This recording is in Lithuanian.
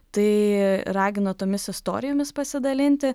tai ragino tomis istorijomis pasidalinti